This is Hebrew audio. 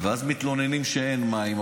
ואז מתלוננים שאין מים,